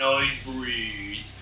Nightbreed